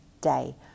day